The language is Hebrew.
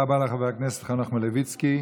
תודה רבה לחבר הכנסת חנוך מלביצקי.